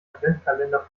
adventkalender